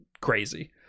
crazy